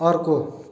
अर्को